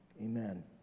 Amen